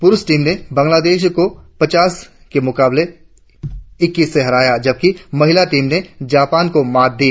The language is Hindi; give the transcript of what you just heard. पुरुष टीम ने बांग्लादेश को पचास इक्कीस से हराया जबकि महिला टीम ने जापान को मात दी